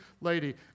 lady